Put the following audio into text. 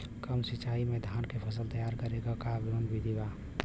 कम सिचाई में धान के फसल तैयार करे क कवन बिधि बा?